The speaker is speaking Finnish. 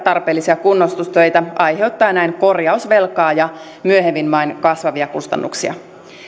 tarpeellisia kunnostustöitä aiheuttaen näin korjausvelkaa ja myöhemmin vain kasvavia kustannuksia